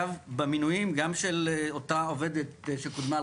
אגב במינויים גם של אותה עובדת שקודמה עם